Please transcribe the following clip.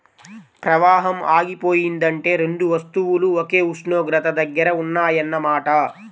ప్రవాహం ఆగిపోయిందంటే రెండు వస్తువులు ఒకే ఉష్ణోగ్రత దగ్గర ఉన్నాయన్న మాట